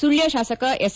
ಸುಳ್ಯ ಶಾಸಕ ಎಸ್